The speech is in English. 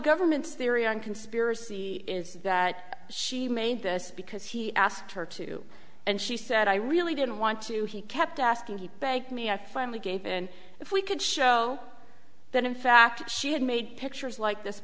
government's theory on conspiracy is that she made this because he asked her to and she said i really didn't want to he kept asking he begged me i finally gave in if we could show that in fact she had made pictures like this